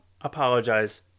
apologize